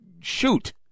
shoot